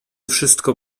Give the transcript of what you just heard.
wszystko